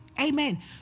Amen